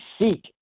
seek